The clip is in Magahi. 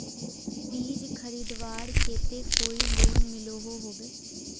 बीज खरीदवार केते कोई लोन मिलोहो होबे?